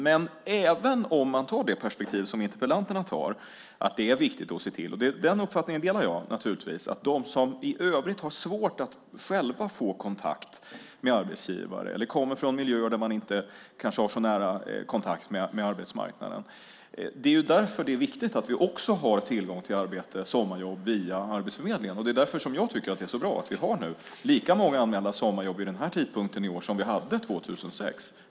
Man kan ta det perspektiv som interpellanterna tar, att det är viktigt att se till - och den uppfattningen delar jag naturligtvis - att de som i övrigt har svårt att själva få kontakt med arbetsgivare eller kommer från miljöer där man kanske inte har så nära kontakt med arbetsmarknaden också har tillgång till arbete och sommarjobb via Arbetsförmedlingen. Det är därför som jag tycker att det är så bra att vi har lika många anmälda sommarjobb vid den här tidpunkten i år som vi hade 2006.